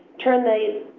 turn the